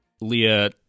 Leah